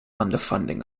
underfunding